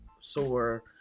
sore